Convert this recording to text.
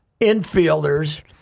infielders